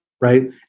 right